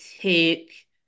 take